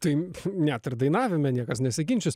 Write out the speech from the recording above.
taip net ir dainavime niekas nesiginčys